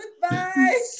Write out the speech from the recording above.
goodbye